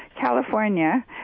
California